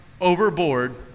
overboard